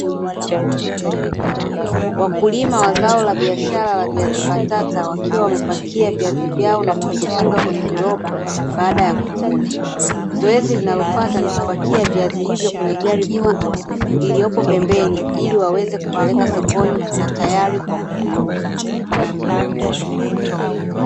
Wakulima wa zao la biashara la viazi mbatata, wakiwa wamepakia viazi vyao na kuvifunga kwenye viroba baada ya kuvuna. Zoezi linalofuata ni kupakia viazi hivyo kwenye gari kubwa, iliyopo pembeni, ili waweze kupeleka sokoni na tayari kwa kuviuza.